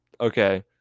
okay